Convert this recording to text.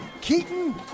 Keaton